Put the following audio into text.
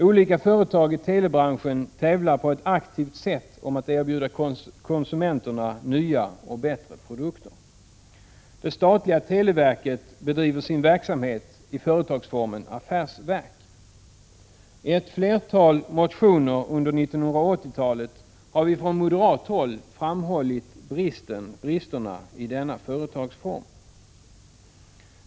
Olika företag i telebranschen tävlar på ett aktivt sätt om att erbjuda konsumenterna nya och bättre produkter. Det statliga televerket bedriver sin verksamhet i företagsformen affärsverk. I ett flertal motioner under 1980-talet har vi från moderat håll framhållit bristerna i denna företagsform.